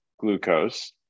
glucose